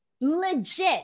Legit